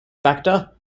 factor